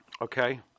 Okay